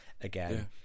again